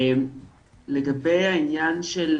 לגבי הנושא של